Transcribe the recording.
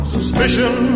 Suspicion